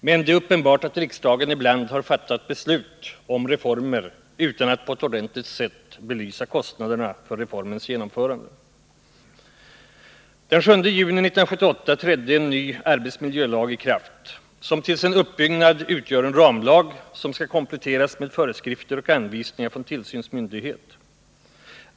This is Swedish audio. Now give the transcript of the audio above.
Men det är uppenbart att riksdagen ibland har fattat beslut om reformer utan att på ett ordentligt sätt belysa kostnaderna för reformernas genomförande. Den 7 juni 1978 trädde en ny arbetsmiljölag i kraft som till sin uppbyggnad utgör en ramlag som skall kompletteras med föreskrifter och anvisningar från tillsynsmyndighet.